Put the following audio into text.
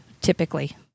typically